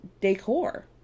decor